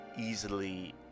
easily